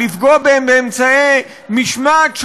לפגוע בהם באמצעי משמעת שונים.